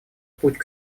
путь